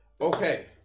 Okay